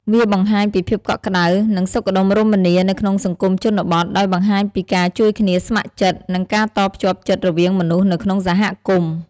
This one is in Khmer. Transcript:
វាបង្ហាញពីភាពកក់ក្តៅ និងសុខដុមរមនានៅក្នុងសង្គមជនបទ ដោយបង្ហាញពីការជួយគ្នា ស្ម័គ្រចិត្ត និងនិងការតភ្ជាប់ចិត្តរវាងមនុស្សនៅក្នុងសហគមន៍។